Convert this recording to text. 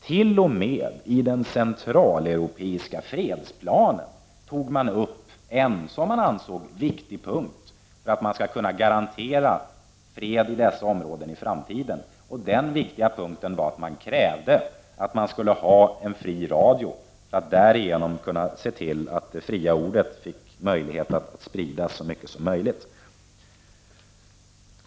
T.o.m. i den centraleuropeiska fredsplanen har man tagit upp en, som man ansåg, viktig punkt för att kunna garantera fred i dessa områden i framtiden — nämligen kravet på en fri radio för att därigenom kunna se till att det fria ordet kan spridas så mycket som möjligt.